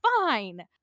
fine